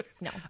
No